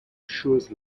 assures